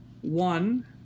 One